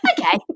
Okay